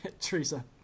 teresa